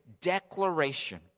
declaration